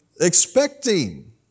Expecting